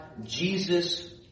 Jesus